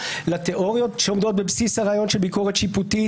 לתיאוריות שעומדות בבסיס הרעיון של ביקורת שיפוטית